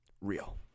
real